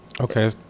Okay